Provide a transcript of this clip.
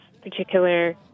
particular